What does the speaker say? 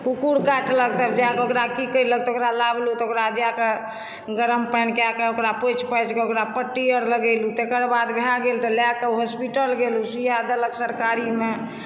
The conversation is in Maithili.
कुकुर काटलक तऽ जाय कऽ ओकरा की कयलक तऽ ओकरा लयलहुॅं तऽ ओकरा जा के गरम पानि कए कऽ ओकरा पोछि पाछि के ओकरा पट्टी आर लगेलहुॅं तकर बाद भए गेल तऽ लए कऽ हॉस्पिटल गेलहुॅं सूइया देलक सरकारी मे